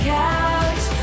couch